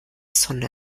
sonne